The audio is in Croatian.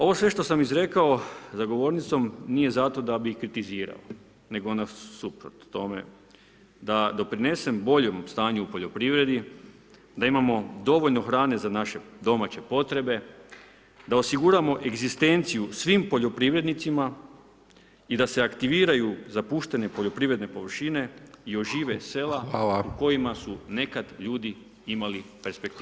Ovo sve što sam izrekao za govornicom nije zato da bi kritizirao nego nasuprot tome, da doprinesem boljem stanju u poljoprivredi, da imamo dovoljno hrane za naše domaće potrebe, da osiguramo egzistenciju svim poljoprivrednicima i da se aktiviraju zapuštene poljoprivredne površine i ožive sela u kojima su nekad ljudi imali perspektivu.